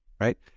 right